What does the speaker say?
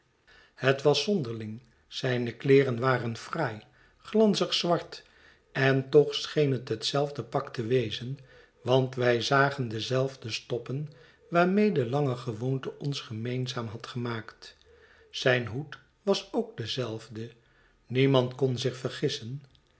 het was zonderling zijne kleeren waren fraai glanzig zwart en toch scheen het hetzelfde pak te wezen want wij zagen dezelfde stoppen waarmede lange gewoonte ons gemeenzaam had gemaakt zijn hoed was ook dezelfde niemand kon zich vergissen